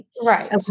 Right